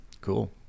Cool